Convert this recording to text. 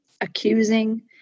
accusing